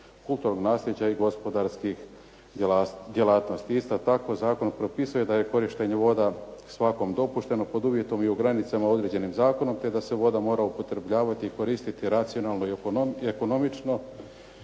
kulturnog naslijeđa i gospodarskih djelatnosti. Isto tako, zakon propisuje da je korištenje voda svakom dopušteno pod uvjetom i u granicama određenim zakonom, te da se voda mora upotrebljavati i koristiti racionalno i ekonomično.